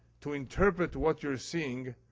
to interpret what you're seeing,